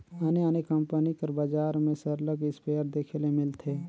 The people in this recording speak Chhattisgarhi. आने आने कंपनी कर बजार में सरलग इस्पेयर देखे ले मिलथे